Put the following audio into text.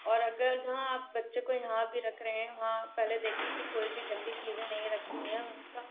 और अगर जहाँ आप बच्चे को यहाँ भी रख रहे हैं वहाँ पहले देखें की कोई भी गंदी चीज़ें नहीं रखी हुई हैं उनका